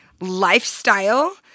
lifestyle